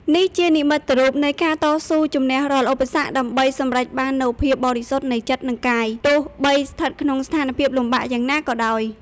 នេះជានិមិត្តរូបនៃការតស៊ូជំនះរាល់ឧបសគ្គដើម្បីសម្រេចបាននូវភាពបរិសុទ្ធនៃចិត្ត និងកាយ ទោះបីស្ថិតក្នុងស្ថានភាពលំបាកយ៉ាងណាក៏ដោយ។